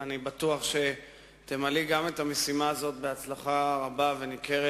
ואני בטוח שתמלאי גם את המשימה הזאת בהצלחה רבה וניכרת.